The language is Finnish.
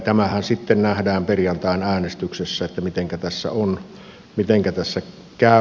tämähän sitten nähdään perjantain äänestyksessä mitenkä tässä käy